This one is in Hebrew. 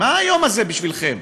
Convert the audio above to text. מה היום הזה בשבילכם?